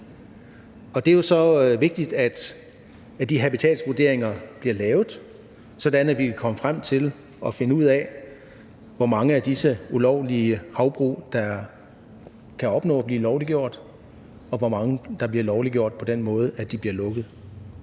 jo så vigtigt, at de habitatsvurderinger bliver lavet, sådan at vi kan komme frem til at finde ud af, hvor mange af disse ulovlige havbrug der kan opnå at blive lovliggjort, og hvor mange der bliver lovliggjort på den måde, at de bliver lukket.